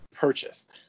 purchased